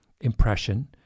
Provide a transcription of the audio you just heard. impression